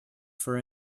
for